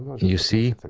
you see, but